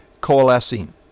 coalescing